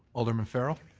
alderman farrell?